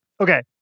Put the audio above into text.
Okay